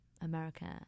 America